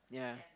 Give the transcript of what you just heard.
yeah